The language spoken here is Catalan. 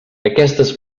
aquestes